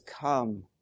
come